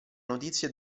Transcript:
notizie